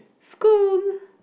school